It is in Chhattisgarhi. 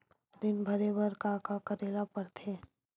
ऋण भरे बर का का करे ला परथे?